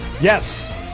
Yes